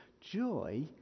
Joy